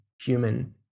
human